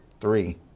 three